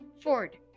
Ford